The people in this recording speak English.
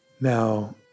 Now